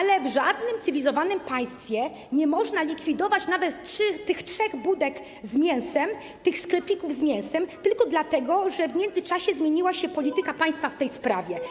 Ale w żadnym cywilizowanym państwie nie można likwidować nawet tych trzech budek z mięsem, tych sklepików z mięsem tylko dlatego, że w międzyczasie zmieniła się polityka państwa w tej sprawie.